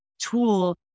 tool